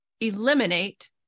eliminate